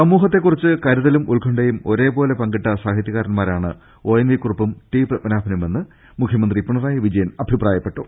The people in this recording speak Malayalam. സമൂഹത്തെ കുറിച്ച് കരുതലും ഉത്കണ്ഠയും ഒരേപോലെ പങ്കിട്ട സാഹിത്യകാരന്മാരാണ് ഒഎൻവി കുറുപ്പും ടി പത്മനാഭനുമെന്ന് മുഖ്യ മന്ത്രി പിണറായി വിജയൻ അഭിപ്രായപ്പെട്ടു